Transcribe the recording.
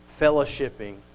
fellowshipping